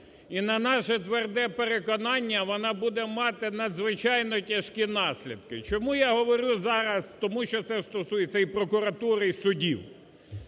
і на наше тверде переконання, вона буде мати надзвичайно тяжкі наслідки. Чому я говорю зараз, тому що це стосується і прокурати і судів.